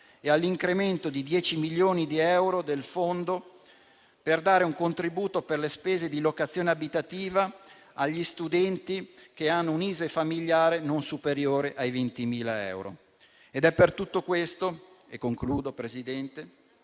e all'incremento di 10 milioni di euro del fondo per dare un contributo per le spese di locazione abitativa agli studenti che hanno un ISEE familiare non superiore ai 20.000 euro. È per tutto questo, per quanto ho sinteticamente